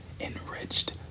enriched